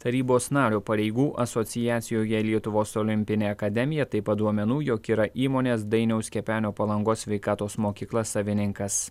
tarybos nario pareigų asociacijoje lietuvos olimpinė akademija taip pat duomenų jog yra įmonės dainiaus kepenio palangos sveikatos mokykla savininkas